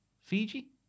Fiji